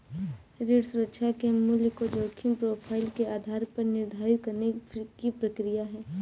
ऋण सुरक्षा के मूल्य को जोखिम प्रोफ़ाइल के आधार पर निर्धारित करने की प्रक्रिया है